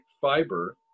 fiber